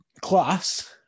class